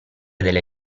delle